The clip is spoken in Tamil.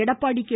எடப்பாடி கே